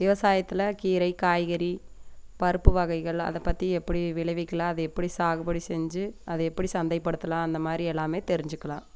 விவசாயத்தில் கீரை காய்கறி பருப்பு வகைகள் அதை பற்றி எப்படி விளைவிக்கலாம் அதை எப்படி சாகுபடி செஞ்சு அதை எப்படி சந்தை படுத்தலாம் அந்த மாதிரி எல்லாமே தெரிஞ்சுக்கலாம்